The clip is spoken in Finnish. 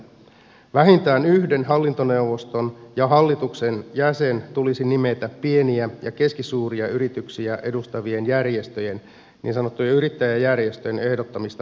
vähintään yksi hallintoneuvoston ja hallituksen jäsen tulisi nimetä pieniä ja keskisuuria yrityksiä edustavien järjestöjen niin sanottujen yrittäjäjärjestöjen ehdottamista henkilöistä